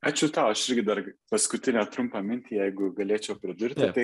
ačiū tau aš irgi dar paskutinę trumpą mintį jeigu galėčiau pridurti tai